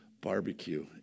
barbecue